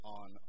on